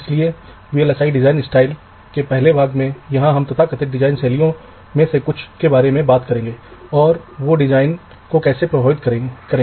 clock के लिए मुख्य आवश्यकता स्क्यू संतुलन है क्लॉक के संकेत जो कई बिंदुओं पर आ रहे हैं लगभग एक ही समय में आने चाहिए बशर्ते वे संबंधित हों